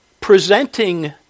presenting